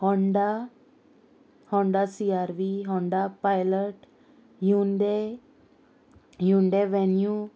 Honda Honda C R व्हींडा Pilot Hyundai Hyundai venue